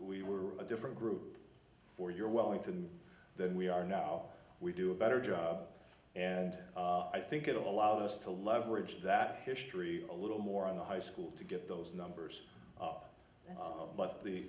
we were a different group for your wellington than we are now we do a better job and i think it allowed us to leverage that history a little more on the high school to get those numbers up but the